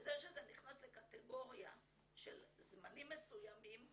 וזה שזה נכנס לקטגוריה של זמנים מסוימים,